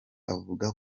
avuga